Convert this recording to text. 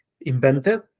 invented